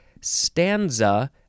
Stanza